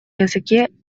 языке